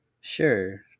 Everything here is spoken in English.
Sure